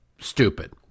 stupid